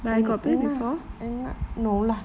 end up end up no lah